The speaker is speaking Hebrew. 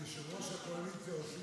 ליושב-ראש הקואליציה אופיר כץ.